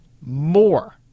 more